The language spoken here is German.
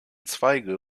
zweige